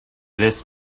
this